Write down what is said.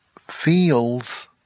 feels